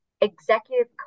executive